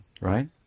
right